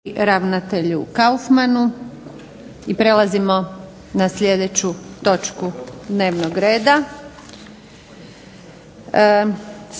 Željka (SDP)** i prelazimo na sljedeću točku dnevnog reda.